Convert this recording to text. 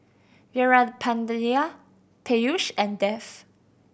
Veerapandiya Peyush and Dev